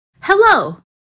Hello